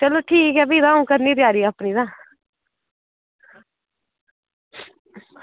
चलो ठीक ऐ फ्ही तां अ'ऊं करनी आं अपनी त्यारी तां